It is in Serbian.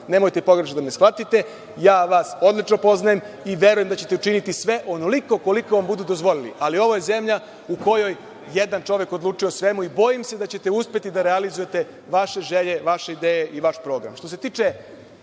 nemojte pogrešno da me shvatite, ja vas odlično poznajem i verujem da ćete učiniti sve, onoliko koliko vam budu dozvolili. Ali, ovo je zemlja u kojoj jedan čovek odlučuje o svemu i bojim se da ćete uspeti da realizujete vaše želje, vaše ideje i vaš program. Što